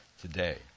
today